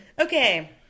Okay